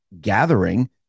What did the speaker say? gathering